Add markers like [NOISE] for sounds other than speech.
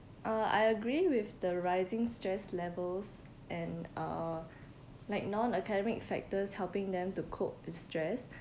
uh I agree with the rising stress levels and uh [BREATH] like non-academic factors helping them to cope with stress [BREATH]